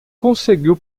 conseguiu